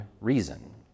reason